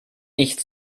nicht